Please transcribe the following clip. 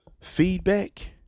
Feedback